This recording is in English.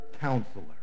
Counselor